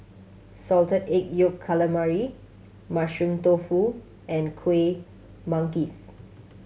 Salted Egg Yolk Calamari Mushroom Tofu and Kueh Manggis